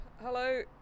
Hello